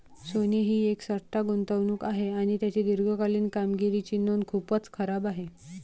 सोने ही एक सट्टा गुंतवणूक आहे आणि त्याची दीर्घकालीन कामगिरीची नोंद खूपच खराब आहे